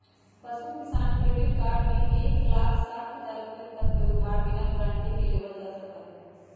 पशु किसान credit card में एक लाख साठ हजार रुपए तक के उधार बिना गारंटी के लेबल जा सका हई